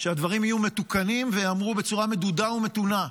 שהדברים יהיו מתוקנים וייאמרו בצורה מדודה ומתונה: